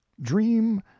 dream